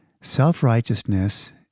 Self-righteousness